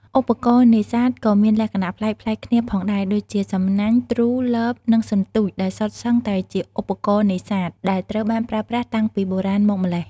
ឧបករណ៍នេសាទក៏មានលក្ខណៈប្លែកៗគ្នាផងដែរដូចជា សំណាញ់ ទ្រូ លប និង សន្ទូច ដែលសុទ្ធសឹងតែជា ឧបករណ៍នេសាទ ដែលត្រូវបានប្រើប្រាស់តាំងពីបុរាណមកម្ល៉េះ។